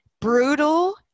Brutal